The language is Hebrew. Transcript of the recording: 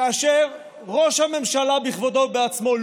כאשר ראש הממשלה בכבודו ובעצמו,